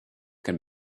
can